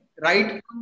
Right